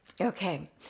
Okay